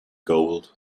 gold